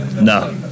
No